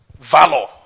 valor